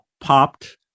popped